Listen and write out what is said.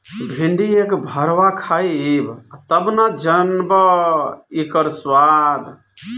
भिन्डी एक भरवा खइब तब न जनबअ इकर स्वाद